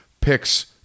picks